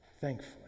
Thankfully